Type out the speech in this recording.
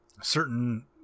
certain